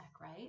right